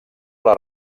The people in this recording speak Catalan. les